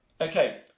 Okay